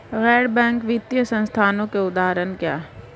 गैर बैंक वित्तीय संस्थानों के उदाहरण क्या हैं?